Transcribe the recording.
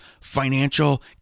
financial